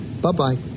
Bye-bye